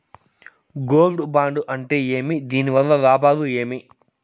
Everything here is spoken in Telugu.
గోల్డ్ బాండు అంటే ఏమి? దీని వల్ల లాభాలు ఏమి?